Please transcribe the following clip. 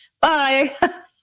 Bye